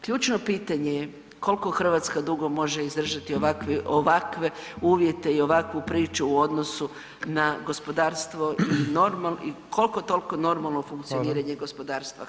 Ključno pitanje je koliko Hrvatska dugo može izdržati ovakve uvjete i ovakvu priču u odnosu na gospodarstvo i koliko toliko normalno funkcioniranje gospodarstva?